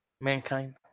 Mankind